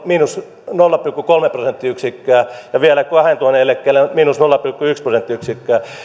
miinus nolla pilkku kolme prosenttiyksikköä ja vielä kahdentuhannen eläkkeellä miinus nolla pilkku yksi prosenttiyksikköä